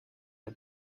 der